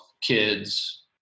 kids